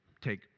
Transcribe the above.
take